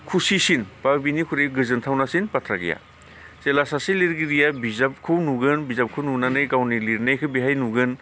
खुसिसिन बा बेनिख्रुय गोजोनथावनासिन बाथ्रा गैया जेब्ला सासे लिरगिरिया बिजाबखौ नुगोन बिजाबखौ नुनानै गावनि लिरनायखौ बेहाय नुगोन